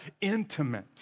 intimate